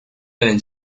del